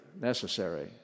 necessary